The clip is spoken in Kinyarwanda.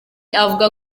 avuga